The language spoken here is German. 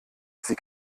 sie